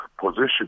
position